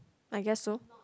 I guess so